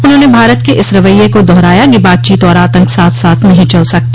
उन्होंने भारत के इस रवैये को दोहराया कि बातचीत और आतंक साथ साथ नहीं चल सकते